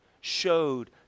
showed